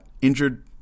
injured